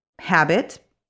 habit